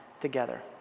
together